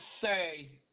say